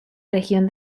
región